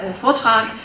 Vortrag